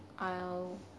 !ow!